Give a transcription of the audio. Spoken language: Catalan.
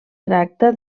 tracta